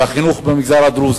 והחינוך במגזר הדרוזי.